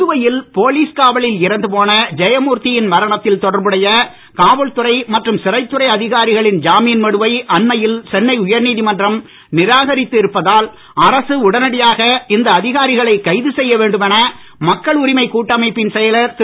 புதுவையில் போலீஸ் காவலில் இறந்து போன ஜெயமூர்த்தியின் மரணத்தில் தொடர்புடைய காவல்துறை மற்றும் சிறைத் துறை அதிகாரிகளின் ஜாமீன் மனுவை அண்மையில் சென்னை உயர்நீதிமன்றம் நிராகரித்து இருப்பதால் அரசு உடனடியாக இந்த அதிகாரிகளை கைது செய்ய வேண்டும் என மக்கள் உரிமை கூட்டமைப்பின் செயலர் திரு